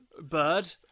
bird